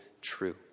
true